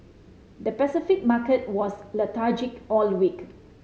the Pacific market was lethargic all week